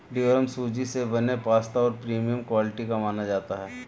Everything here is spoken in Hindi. ड्यूरम सूजी से बने पास्ता को प्रीमियम क्वालिटी का माना जाता है